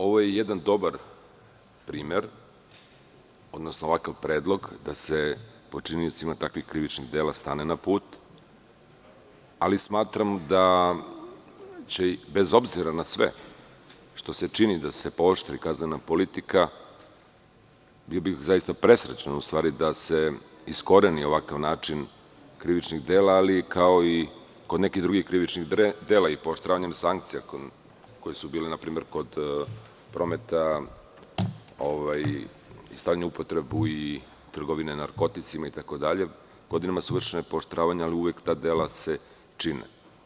Ovo je jedan dobar primer, odnosno ovakav predlog, da se počiniocima takvih krivičnih dela stane na put, ali smatram da će i bez obzira na sve što se čini da se pooštri kaznena politika, bili bi presrećni da se iskoreni ovakav način krivičnih dela, ali kao i kod nekih drugih krivičnih dela i pooštravanjem sankcija koje su bile npr. kod prometa i stavljanja u upotrebu i trgovine narkoticima itd, godinama su vršena pooštravanja, ali se uvek ta dela čine.